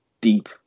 deep